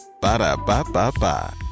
Ba-da-ba-ba-ba